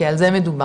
כי על זה מדובר,